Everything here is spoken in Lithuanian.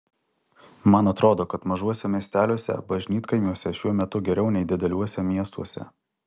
man atrodo kad mažuose miesteliuose bažnytkaimiuose šiuo metu geriau nei dideliuose miestuose